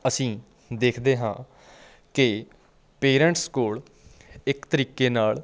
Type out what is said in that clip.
ਅਸੀਂ ਦੇਖਦੇ ਹਾਂ ਕਿ ਪੇਰੈਂਟਸ ਕੋਲ ਇੱਕ ਤਰੀਕੇ ਨਾਲ